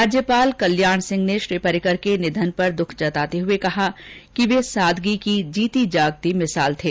राज्यपाल कल्याण सिंह ने श्री पर्रिकर के निधन पर दुख जताते हुए कहा कि वे सादगी की जीती जागती मिसाल थे